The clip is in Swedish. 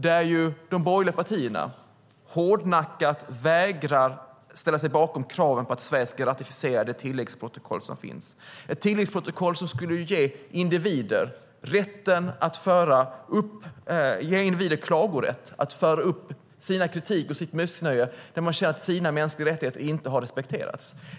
Här vägrar de borgerliga partierna hårdnackat att ställa sig bakom kravet att Sverige ska ratificera det tilläggsprotokoll som finns. Det är ett tilläggsprotokoll som skulle ge individer klagorätt, det vill säga rätt att föra upp sin kritik och sitt missnöje när de känner att deras mänskliga rättigheter inte har respekterats.